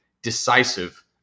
decisive